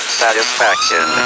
satisfaction